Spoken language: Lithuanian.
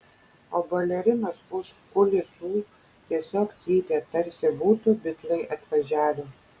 o balerinos už kulisų tiesiog cypė tarsi būtų bitlai atvažiavę